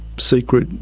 secret,